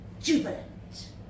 jubilant